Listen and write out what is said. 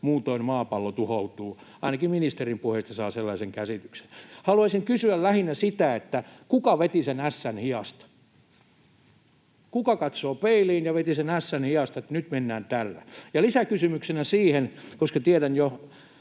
muutoin maapallo tuhoutuu. Ainakin ministerin puheista saa sellaisen käsityksen. Haluaisin kysyä lähinnä sitä, että kuka veti sen ässän hihasta. Kuka katsoo peiliin ja veti sen ässän hihasta, että nyt mennään tällä? [Juha Sipilä pyytää